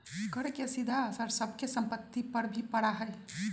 कर के सीधा असर सब के सम्पत्ति पर भी पड़ा हई